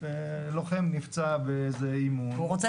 לוחם נפצע באיזה אימון והוא רוצה לחזור.